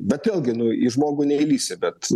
bet vėlgi nu į žmogų neįlįsi bet